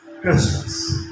Christmas